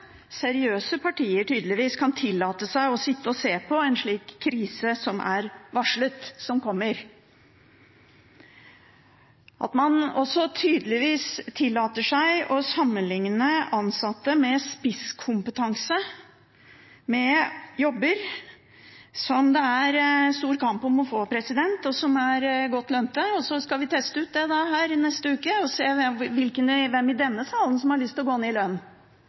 seriøse partier tydeligvis kan tillate seg å sitte og se på en slik krise som er varslet, som kommer, og at man også tydeligvis tillater seg å sammenligne ansatte med spisskompetanse med jobber som det er stor kamp om å få, og som er godt lønnet. Så skal vi teste ut det da her i neste uke og se hvem i denne salen som har lyst til å gå ned i lønn.